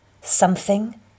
Something